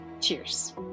Cheers